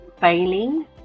failing